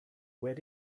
where